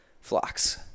flocks